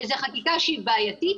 זו חקיקה שהיא בעייתית,